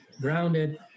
grounded